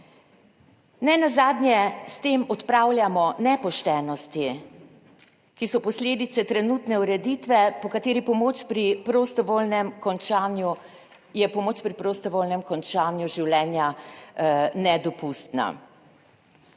Ne nazadnje s tem odpravljamo nepoštenosti, ki so posledice trenutne ureditve, po kateri pomoč pri prostovoljnem končanju, je pomoč